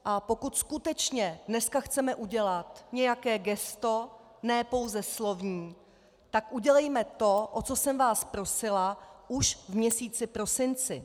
A pokud skutečně dneska chceme udělat nějaké gesto, ne pouze slovní, tak udělejme to, o co jsem vás prosila už v měsíci prosinci.